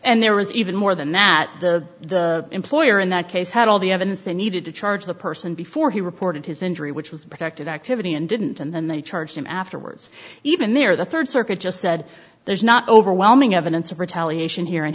and there was even more than that the employer in that case had all the evidence they needed to charge the person before he reported his injury which was protected activity and didn't and then they charged him afterwards even there the third circuit just said there's not overwhelming evidence of retaliation here and